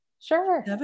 Sure